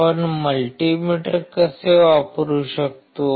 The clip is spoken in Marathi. आपण मल्टीमीटर कसे वापरू शकतो